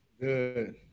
Good